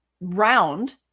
round